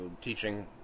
teaching